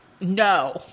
No